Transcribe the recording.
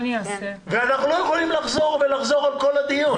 ואנחנו לא יכולים לחזור על כל הדיון.